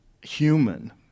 human